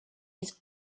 would